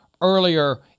earlier